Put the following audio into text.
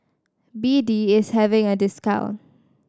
B D is having a discount